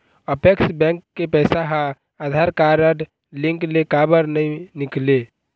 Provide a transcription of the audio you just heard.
Apex bank के पैसा हा आधार कारड लिंक ले काबर नहीं निकले?